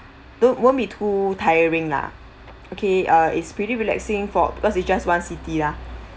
don't won't be too tiring lah okay uh it's pretty relaxing for because it's just one city lah